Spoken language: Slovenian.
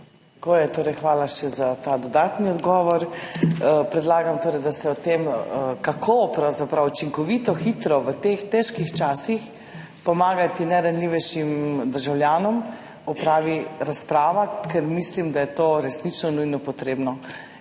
(PS SDS):** Hvala še za ta dodatni odgovor. Predlagam, da se o tem, kako pravzaprav učinkovito, hitro v teh težkih časih pomagati najranljivejšim državljanom, opravi razprava, ker mislim, da je to resnično nujno potrebno.